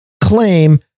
claim